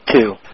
two